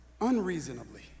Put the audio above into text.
unreasonably